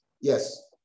Yes